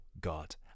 God